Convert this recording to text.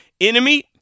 Enemy